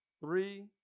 three